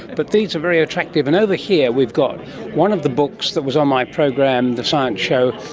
but these are very attractive. and over here we've got one of the books that was on my program, the science show,